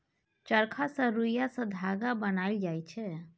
चरखा सँ रुइया सँ धागा बनाएल जाइ छै